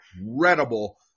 incredible